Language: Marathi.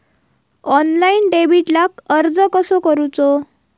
ऑनलाइन डेबिटला अर्ज कसो करूचो?